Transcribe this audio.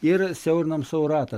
ir siaurinam savo ratą